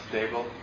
stable